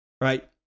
Right